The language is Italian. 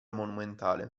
monumentale